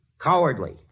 cowardly